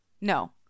No